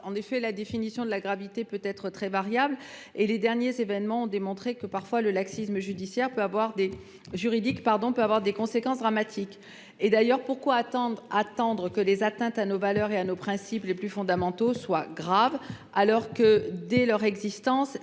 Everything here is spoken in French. En effet, la définition de la gravité peut être très variable et les derniers événements ont démontré que le laxisme juridique pouvait avoir des conséquences dramatiques. Pourquoi attendre que les atteintes à nos valeurs et à nos principes les plus fondamentaux soient « graves » alors que, dès leur existence,